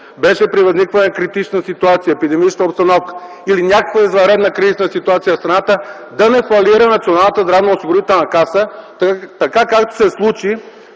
беше при възникване на критична ситуация, епидемична обстановка или някаква извънредна кризисна ситуация в страната Националната здравноосигурителна каса да не фалира, така както се случи